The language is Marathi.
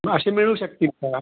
मग असे मिळू शकतील का